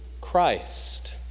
Christ